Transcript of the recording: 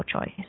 choice